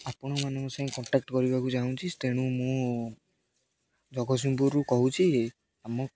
ଆପଣ ମାନଙ୍କ ସାଙ୍ଗ କଣ୍ଟାକ୍ଟ କରିବାକୁ ଚାହୁଁଛି ତେଣୁ ମୁଁ ଜଗତସିଂହପୁରରୁ କହୁଛି ଆମ